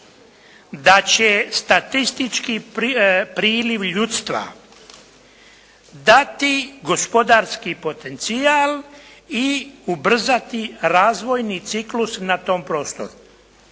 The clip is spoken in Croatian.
da će statistički prilivi ljudstva dati gospodarski potencijal i ubrzati razvojni ciklus na tom prostoru,